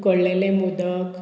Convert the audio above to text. उकडलेले मोदक